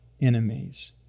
enemies